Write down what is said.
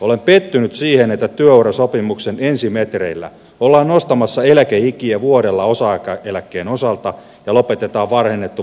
olen pettynyt siihen että työurasopimuksen ensimetreillä ollaan nostamassa eläkeikiä vuodella osa aikaeläkkeen osalta ja lopetetaan varhennettu vanhuuseläkejärjestelmä kokonaan